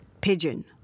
pigeon